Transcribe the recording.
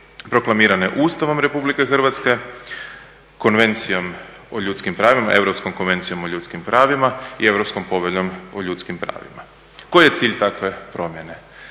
proklamirane Ustavom Republike Hrvatske, Europskom konvencijom o ljudskim pravima i Europskom poveljom o ljudskim pravima. Koji je cilj takve promjene?